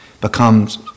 becomes